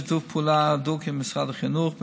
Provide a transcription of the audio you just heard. בשיתוף פעולה הדוק עם משרד החינוך,